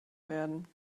werden